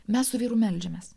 mes su vyru meldžiamės